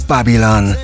Babylon